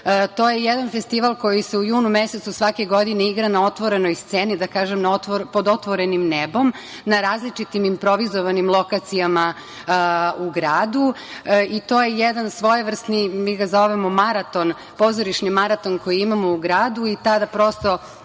To je jedan festival koji se u junu mesecu svake godine igra na otvorenoj sceni, da kažem pod otvorenim nebom, na različitim improvizovanim lokacijama u gradu. To je jedan svojevrsni mi ga zovemo maraton, pozorišni maraton koji imamo u gradu, i tada prosto